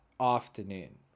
afternoon